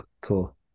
cool